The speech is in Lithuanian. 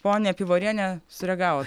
ponia pivorienė sureagavo